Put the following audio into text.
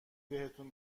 بهتون